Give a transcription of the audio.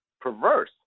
perverse